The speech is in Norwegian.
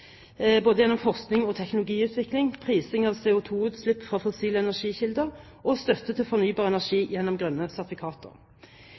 både gjennom forskning og teknologiutvikling, prising av CO2-utslipp fra fossile energikilder, og støtte til fornybar